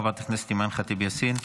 חברת הכנסת אימאן ח'טיב יאסין.